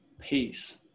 Peace